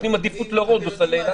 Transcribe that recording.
נותנים עדיפות לרודוס על אילת.